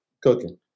cooking